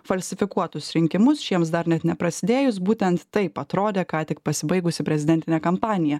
falsifikuotus rinkimus šiems dar net neprasidėjus būtent taip atrodė ką tik pasibaigusi prezidentinė kampanija